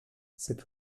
cet